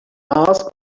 asked